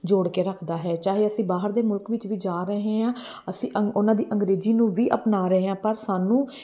ਜੋੜ ਕੇ ਰੱਖਦਾ ਹੈ ਚਾਹੇ ਅਸੀਂ ਬਾਹਰ ਦੇ ਮੁਲਕ ਵਿੱਚ ਵੀ ਜਾ ਰਹੇ ਹਾਂ ਅਸੀਂ ਉਹਨਾਂ ਦੀ ਅੰਗਰੇਜ਼ੀ ਨੂੰ ਵੀ ਅਪਣਾ ਰਹੇ ਹਾਂ ਪਰ ਸਾਨੂੰ